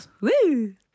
Woo